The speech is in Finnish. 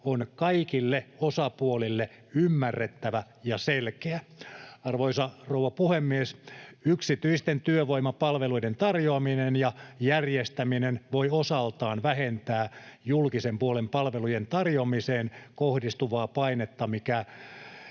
on kaikille osapuolille ymmärrettävä ja selkeä. Arvoisa rouva puhemies! Yksityisten työvoimapalveluiden tarjoaminen ja järjestäminen voi osaltaan vähentää julkisen puolen palvelujen tarjoamiseen kohdistuvaa painetta,